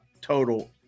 total